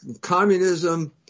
communism